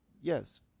yes